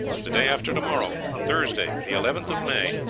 the day after to-morrow, thursday, the eleventh of may,